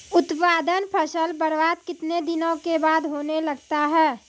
उत्पादन फसल बबार्द कितने दिनों के बाद होने लगता हैं?